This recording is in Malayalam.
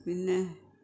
പിന്നെ